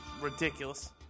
ridiculous